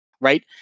right